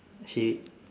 she